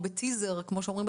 או בטיזר כמו שאומרים,